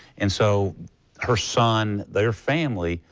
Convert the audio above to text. and so her son, their family,